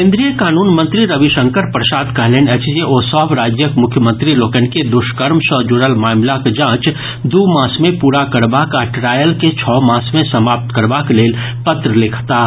केंद्रीय कानून मंत्री रविशंकर प्रसाद कहलनि अछि जे ओ सभ राज्यक मुख्यमंत्री लोकनि के दुष्कर्म सँ जुड़ल मामिलाक जांच दू मास मे पूरा करबाक आ ट्रायल के छओ मास मे समाप्त करबाक लेल पत्र लिखताह